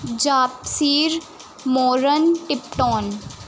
ਜਪਸੀਰ ਮੋਰਨ ਟਿਪਟੋਨ